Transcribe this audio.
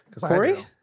Corey